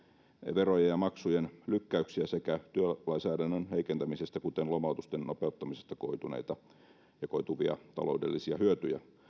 verojen ja maksujen lykkäyksiä sekä työlainsäädännön heikentämisestä kuten lomautusten nopeuttamisesta koituneita ja koituvia taloudellisia hyötyjä